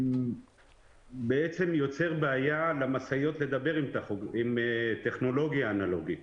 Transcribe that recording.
מה שבעצם יוצר בעיה למשאיות לדבר עם טכנולוגיה אנלוגית,